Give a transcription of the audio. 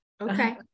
Okay